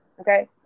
Okay